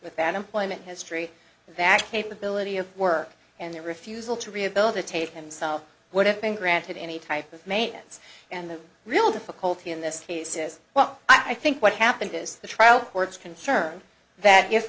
an employment history that capability of work and their refusal to rehabilitate himself would have been granted any type of maintenance and the real difficulty in this case is well i think what happened is the trial court's concern that